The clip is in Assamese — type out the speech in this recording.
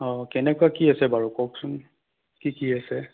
অঁ কেনেকুৱা কি আছে বাৰু কওকচোন কি কি আছে